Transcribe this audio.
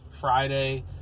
Friday